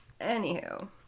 Anywho